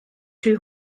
two